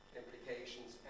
implications